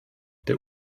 der